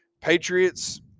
Patriots